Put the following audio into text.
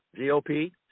GOP